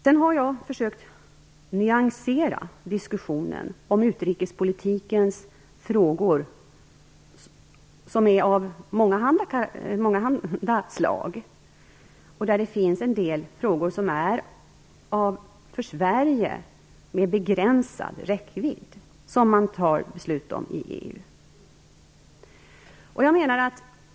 Sedan har jag försökt nyansera diskussionen om utrikespolitikens frågor, som är av mångahanda slag. Det finns där en del frågor som är av för Sverige begränsad räckvidd som man fattar beslut om i EU.